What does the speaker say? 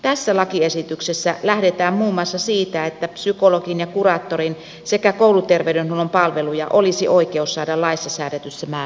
tässä lakiesityksessä lähdetään muun muassa siitä että psykologin ja kuraattorin sekä kouluterveydenhuollon palveluja olisi oikeus saada laissa säädetyssä määräajassa